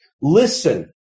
Listen